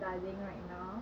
studying right now